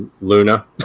Luna